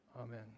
Amen